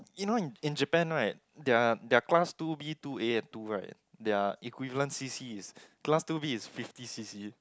you know in in Japan right their their class two B two A and two right their equivalent C_C is class two B is fifty C_C